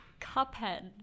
cuphead